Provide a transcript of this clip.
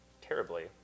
terribly